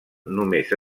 només